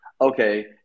okay